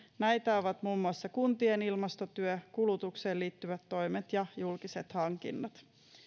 näitä ovat muun muassa kuntien ilmastotyö kulutukseen liittyvät toimet ja julkiset hankinnat